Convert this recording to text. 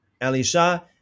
Elisha